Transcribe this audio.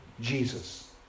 Jesus